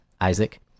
Isaac